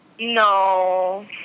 No